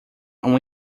uma